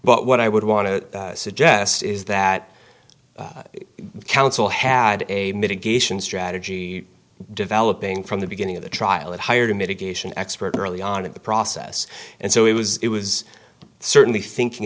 but what i would want to suggest is that counsel had a mitigation strategy developing from the beginning of the trial it hired a mitigation expert early on in the process and so it was it was certainly thinking